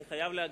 אני חייב להגיד,